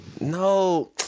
No